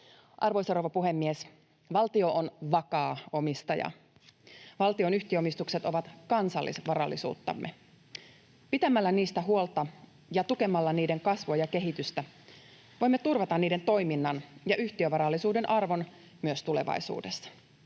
Arvoisa rouva puhemies! Valtio on vakaa omistaja. Valtion yhtiöomistukset ovat kansallisvarallisuuttamme. Pitämällä niistä huolta ja tukemalla niiden kasvua ja kehitystä voimme turvata niiden toiminnan ja yhtiövarallisuuden arvon myös tulevaisuudessa.